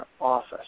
office